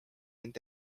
end